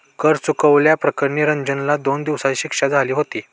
कर चुकवल्या प्रकरणी रंजनला दोन वर्षांची शिक्षा झाली होती